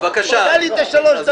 תן לי את שלוש הדקות.